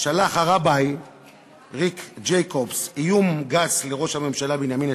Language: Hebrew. שלח הרביי ריק ג'ייקובס איום גס לראש הממשלה בנימין נתניהו,